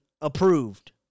approved